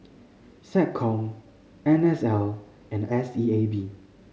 SecCom N S L and S E A B